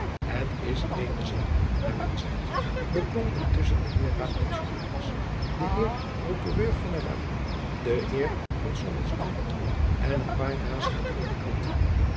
het is eene zaak naar men zegt beklonken tusschen den heer raadpensionaris den heer procureur-generaal den heer van sommelsdyk en een paar razende predikanten